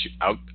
out